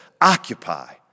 occupy